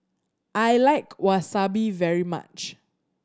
I like Wasabi very much